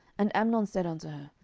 and amnon said unto her,